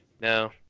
No